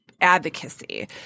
advocacy